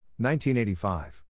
1985